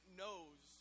knows